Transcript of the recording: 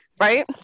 right